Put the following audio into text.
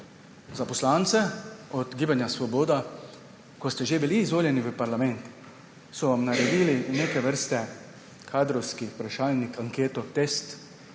za poslance Gibanja Svoboda – ko ste že bili izvoljeni v parlament, so vam naredili neke vrste kadrovski vprašalnik, anketo, test,